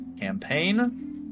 campaign